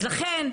אז לכן,